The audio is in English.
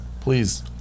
Please